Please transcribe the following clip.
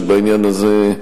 שבעניין הזה,